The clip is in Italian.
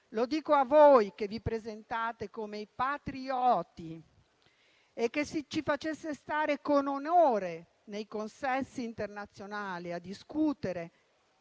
(lo dico a voi, che vi presentate come patrioti) e che ci facesse stare con onore nei consessi internazionali a discutere